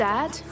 Dad